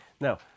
Now